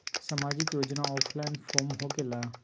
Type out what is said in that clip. समाजिक योजना offline form होकेला?